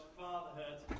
fatherhood